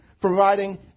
providing